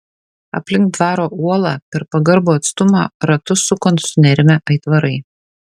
aplink dvaro uolą per pagarbų atstumą ratus suko sunerimę aitvarai